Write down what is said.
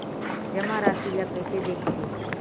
जमा राशि ला कइसे देखथे?